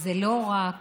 רק